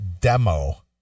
Demo